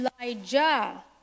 Elijah